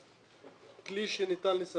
במסגרת הבדיקה ראיתי שקודם כל מאז הצו